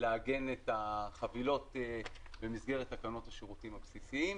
לעגן את החבילות במסגרת תקנות השירותים הבסיסיים.